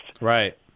Right